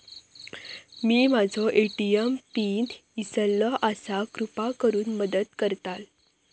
मी माझो ATM pin इसरलो आसा कृपा करुन मदत करताल